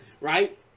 right